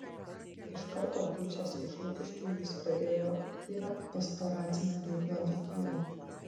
iš karto grįžęs iš lukiškių jis pradėjo aktyvią pastoracinę veiklą dzūkijoje